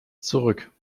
zurück